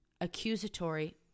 Accusatory